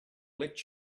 let